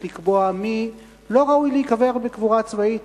לקבוע מי לא ראוי להיקבר בקבורה צבאית.